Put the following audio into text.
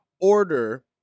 order